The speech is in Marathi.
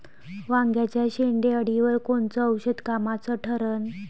वांग्याच्या शेंडेअळीवर कोनचं औषध कामाचं ठरन?